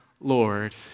Lord